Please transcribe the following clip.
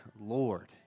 Lord